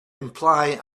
imply